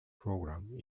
program